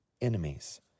enemies